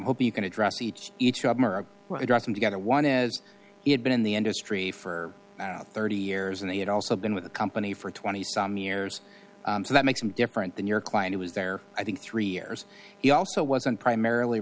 want you can address each each of them are addressing together one is he had been in the industry for thirty years and he had also been with the company for twenty some years so that makes him different than your client who was there i think three years he also wasn't primarily